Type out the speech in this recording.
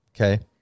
Okay